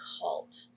cult